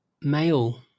male